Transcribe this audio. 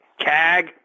CAG